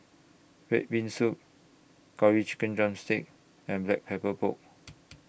Red Bean Soup Curry Chicken Drumstick and Black Pepper Pork